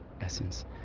Essence